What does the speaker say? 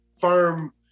firm